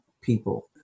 people